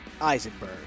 Eisenberg